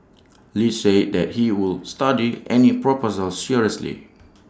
lee said that he would study any proposal seriously